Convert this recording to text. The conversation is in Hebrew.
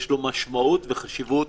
יש לו משמעות וחשיבות